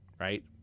right